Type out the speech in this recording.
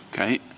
Okay